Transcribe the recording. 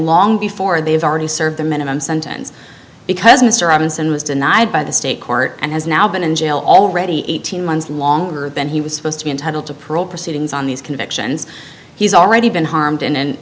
long before they've already served the minimum sentence because mr robinson was denied by the state court and has now been in jail already eighteen months longer than he was supposed to be entitled to parole proceedings on these convictions he's already been harmed in an